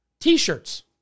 T-shirts